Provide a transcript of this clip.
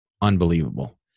unbelievable